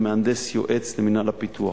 ומהנדס יועץ למינהל הפיתוח.